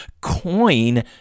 coin